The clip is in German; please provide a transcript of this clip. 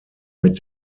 mit